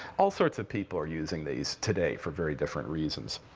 all sorts of people are using these today, for very different reasons.